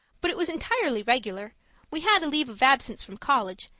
but it was entirely regular we had leave-of-absence from college,